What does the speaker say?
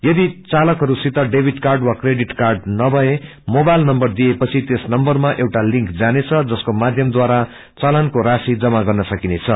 यदि चालकहरूसित डेविड कार्ड वा क्रेडिट कार्ड नभए मोबाईल नम्बर दिएपछि त्यस नबरमा एउटा लिंक जानेछ जसको माध्यमद्वारा चालनको राशि जमा गर्न सकिनेछ